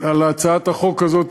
על הצעת החוק הזאת,